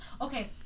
Okay